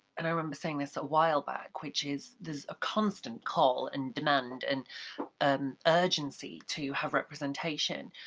and i remember saying this awhile back, which is there's a constant call and demand, and um urgency to have representation,